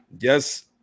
Yes